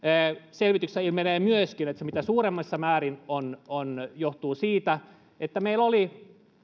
selvityksestä ilmenee myöskin että se mitä suurimmassa määrin johtuu siitä että meillä oli